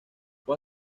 fue